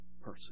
person